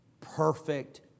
perfect